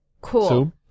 cool